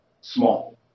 small